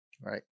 right